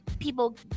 people